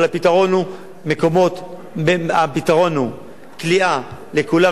אבל הפתרון הוא כליאה לכולם,